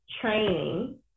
training